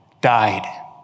died